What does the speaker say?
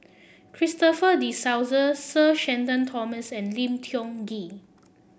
Christopher De Souza Sir Shenton Thomas and Lim Tiong Ghee